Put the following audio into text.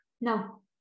No